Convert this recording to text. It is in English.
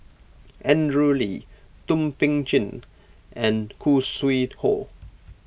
Andrew Lee Thum Ping Tjin and Khoo Sui Hoe